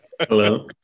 Hello